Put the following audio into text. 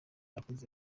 akoze